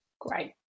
Great